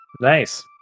Nice